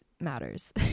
matters